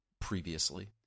previously